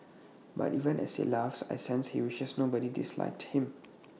but even as he laughs I sense he wishes nobody disliked him